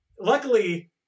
luckily